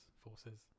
forces